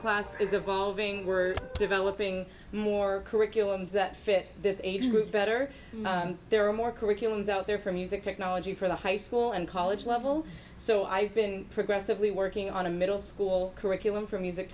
class is evolving we're developing more curriculums that fit this age group better there are more curriculums out there for music technology for the high school and college level so i've been progressive lee working on a middle school curriculum for music